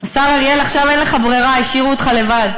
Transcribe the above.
השר אריאל, עכשיו אין לך ברירה, השאירו אותך לבד: